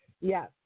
yes